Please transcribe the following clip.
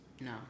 No